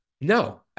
No